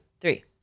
three